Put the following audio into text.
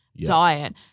diet